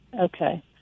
Okay